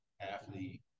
athlete